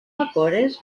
bacores